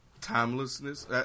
timelessness